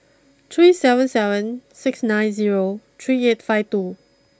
three seven seven six nine zero three eight five two